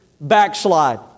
backslide